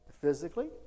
physically